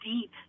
deep